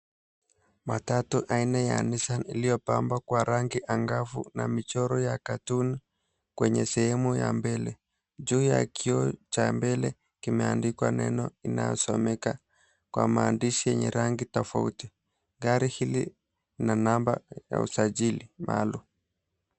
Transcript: Matatu aina ya Nissan iliyopambwa kwa rangi angavu na michoro ya cartoon kwenye sehemu ya mbele. Juu ya kioo cha mbele kimeandikwa neno inayosomeka kwa maandishi yenye rangi tofauti. Gari hili na namba ya usajili maalum.